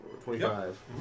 twenty-five